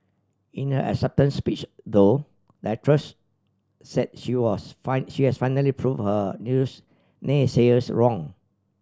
in her acceptance speech though the actress said she was she has finally prove her naysayers wrong